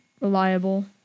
reliable